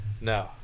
No